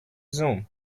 zoom